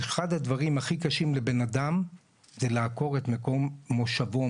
אחד הדברים הכי קשים לבן אדם זה לעקור את מקום מושבו,